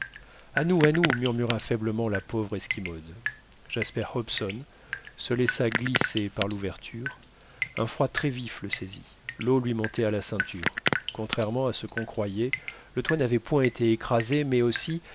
à nous à nous murmura faiblement la pauvre esquimaude jasper hobson se laissa glisser par l'ouverture un froid très vif le saisit l'eau lui montait à la ceinture contrairement à ce qu'on croyait le toit n'avait point été écrasé mais aussi